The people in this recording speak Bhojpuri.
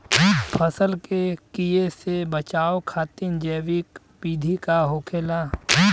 फसल के कियेसे बचाव खातिन जैविक विधि का होखेला?